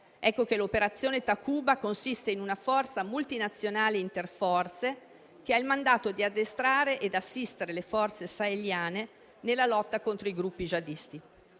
L'operazione Takuba consiste in una forza multinazionale interforze, che ha il mandato di addestrare ed assistere le forze saheliane nella lotta contro i gruppi jihadisti.